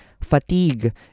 fatigue